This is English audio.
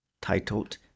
titled